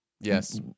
yes